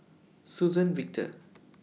Suzann Victor